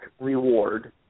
reward